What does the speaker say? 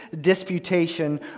disputation